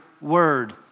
word